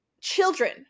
children